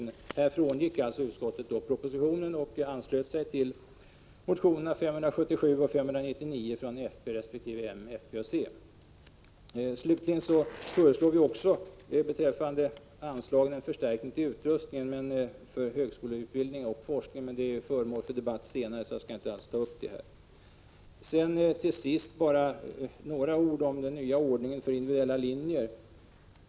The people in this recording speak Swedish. Utskottet frångick alltså propositionen och anslöt sig till motionerna 577 och 599 av fp resp. m, fp och c. Vi föreslår vidare en förstärkning av anslaget till utrustning för högskoleutbildning och forskning. Men den frågan kommer att bli föremål för debatt senare, så jag skall inte alls ta upp den här. Till sist skall jag säga bara några ord om den nya ordningen för individuella linjer.